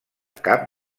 cap